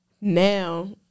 now